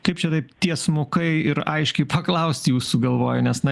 kaip čia taip tiesmukai ir aiškiai paklausti jūsų galvoju nes na